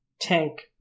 tank